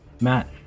Matt